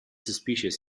species